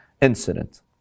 incident